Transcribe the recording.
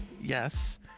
yes